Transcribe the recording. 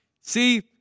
See